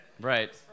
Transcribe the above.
Right